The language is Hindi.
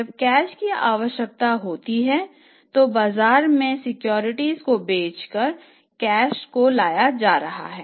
जब कैश की आवश्यकता होती है तो बाजार में सिक्योरिटीज को बेचकर कैश को लाया जा रहा है